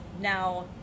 now